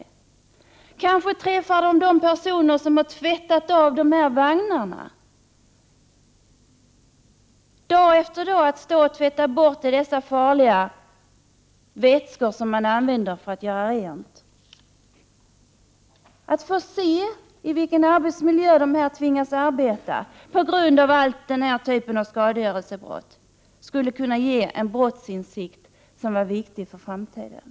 Man kan kanske träffa de personer som har fått tvätta vagnarna och som dag efter dag fått stå och tvätta bort klottret med farliga rengöringsvätskor. Om man får se i vilken arbetsmiljö dessa personer får arbeta på grund av den här typen av skadegörelsebrott, skulle det kunna leda till en insikt som är viktig för framtiden.